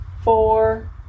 four